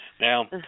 Now